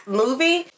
movie